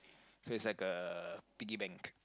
so it's like a piggy bank